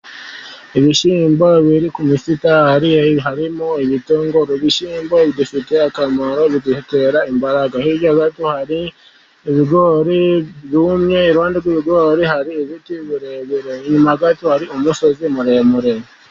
Ibishyimbo biri ku misigati, harimo ibitunguru. Ibishyimbo bigifite akamaro bidutera imbaraga, hirya gato hari ibigori byumye, iruhande rw'ibigori hari ibiti birebire, inyuma hari umusozi muremure.